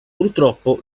purtroppo